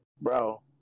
Bro